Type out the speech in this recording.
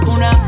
Una